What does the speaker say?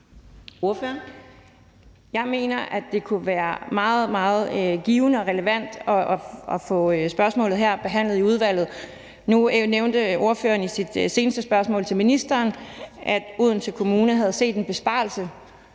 Jeg mener, at det kunne være meget, meget givende og relevant at få spørgsmålet her behandlet i udvalget. Nu nævnte ordføreren i sit seneste spørgsmål til ministeren, at Odense Kommune havde set en besparelse,